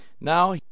Now